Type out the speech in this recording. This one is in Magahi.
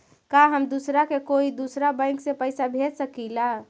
का हम दूसरा के कोई दुसरा बैंक से पैसा भेज सकिला?